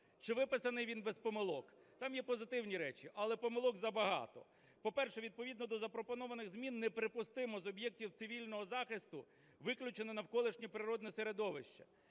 Чи виписаний він без помилок? Там є позитивні речі, але помилок забагато. По-перше, відповідно до запропонованих змін неприпустимо з об'єктів цивільного захисту виключено навколишнє природнє середовище.